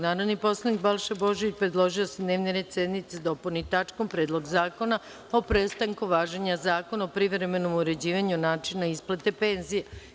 Narodni poslanik Balša Božović predložio je da se dnevni red sednice dopuni tačkom - Predlog zakona o prestanku važenja Zakona o privremenom uređivanju načina isplate penzija.